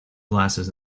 glasses